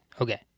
Okay